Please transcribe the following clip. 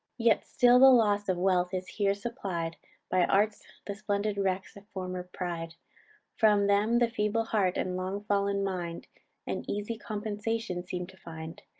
yet still the loss of wealth is here supplied by arts, the splendid wrecks of former pride from them the feeble heart and long fall'n mind an easy compensation seem to find.